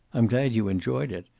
i'm glad you enjoyed it.